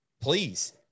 Please